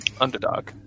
underdog